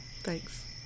Thanks